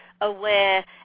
aware